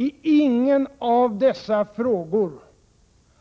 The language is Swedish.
I ingen av dessa frågor